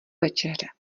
večeře